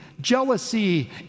jealousy